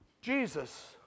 Jesus